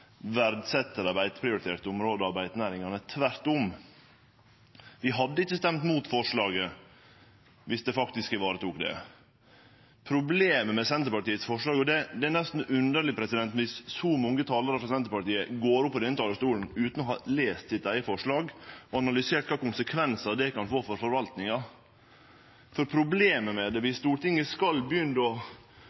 dei beiteprioriterte områda og beitenæringane – tvert om: Vi hadde ikkje stemt mot forslaget viss det faktisk varetok det. Problemet med Senterpartiets forslag – og det er nesten underleg viss så mange talarar frå Senterpartiet går opp på denne talarstolen utan å ha lese sitt eige forslag og analysert kva problem det kan få for forvaltinga – er at viss Stortinget skal